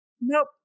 Nope